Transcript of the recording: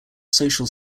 social